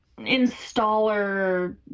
installer